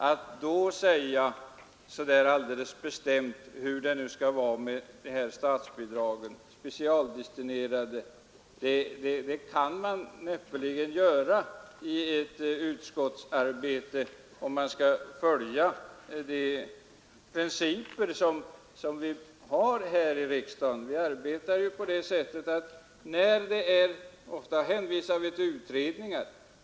Utskottet kan då näppeligen bestämt uttala sig om huruvida det skall bli ett specialdestinerat statsbidrag, om man skall följa de principer vi arbetar efter här i riksdagen. Ofta hänvisar vi till utredningar.